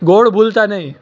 ગોળ ભૂલતા નહીં